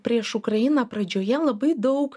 prieš ukrainą pradžioje labai daug